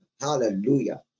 Hallelujah